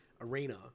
arena